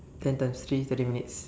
ten times three thirty minutes